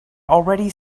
already